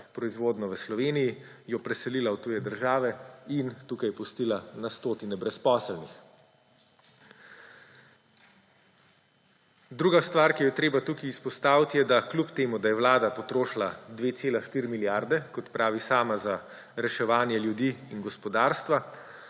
proizvodnjo v Sloveniji, jo preselila v tuje države in tukaj pustila na stotine brezposelnih. Druga stvar, ki jo je treba tukaj izpostaviti, je, da kljub temu da je Vlada potrošila 2,4 milijarde, kot pravi sama, za reševanje ljudi in gospodarstva,